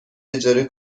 اجاره